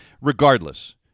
regardless